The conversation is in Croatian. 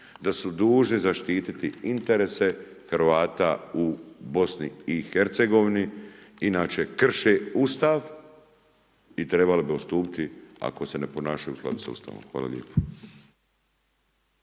da su dužni zaštititi interese Hrvata u Bosni i Hercegovini, inače krše Ustav i trebali bi odstupiti ako se ne ponašaju u skladu s Ustavom. Hvala lijepo.